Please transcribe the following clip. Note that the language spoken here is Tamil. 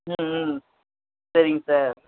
ம் ம் சரிங்க சார்